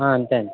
అంతే అండి